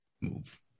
move